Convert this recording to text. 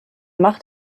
macht